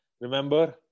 remember